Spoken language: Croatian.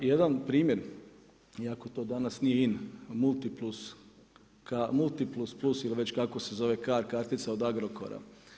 Jedan primjer, iako to danas nije in, Multiplus plus ili već kako se zove card kartica od Agrokora.